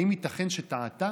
האם ייתכן שטעתה?